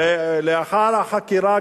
לאחר החקירה,